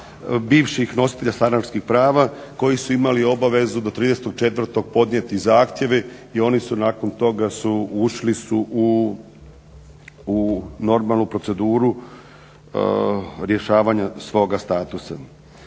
bivših nositelja stanarskih prava koji su imali obavezu do 30. 4. podnijeti zahtjeve i oni su nakon toga su, ušli su u normalnu proceduru rješavanja svoga statusa.